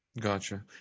Gotcha